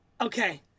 Okay